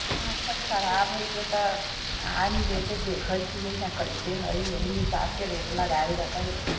अच्छा खराब हएके तऽ आनू देखै छिए ने कइसन हइ ओही हिसाबसँ रेट लगाएल जेतै